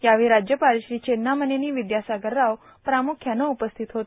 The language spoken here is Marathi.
यावेळी राज्यपाल श्री चेन्नामनेनी विद्यासागर राव प्रामुख्यानं उपस्थित होते